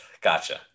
Gotcha